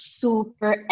super